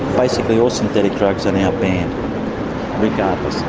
basically all synthetic drugs are now banned regardless.